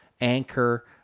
anchor